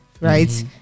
right